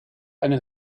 eine